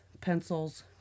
pencils